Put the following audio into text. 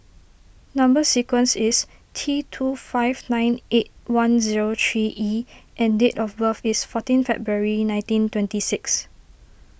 Number Sequence is T two five nine eight one zero three E and date of birth is fourteen February nineteen twenty six